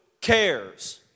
cares